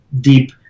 deep